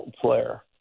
player